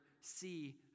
see